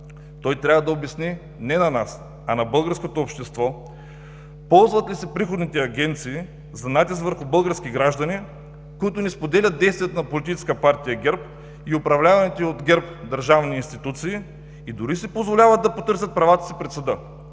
Той трябва да обясни – не на нас, а на българското общество, ползват ли се приходните агенции за натиск върху български граждани, които не споделят действията на Политическа партия ГЕРБ и управляваните от ГЕРБ държавни институции, и дори си позволяват да потърсят правата си пред съда.